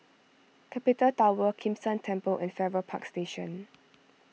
Capital Tower Kim San Temple and Farrer Park Station